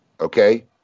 Okay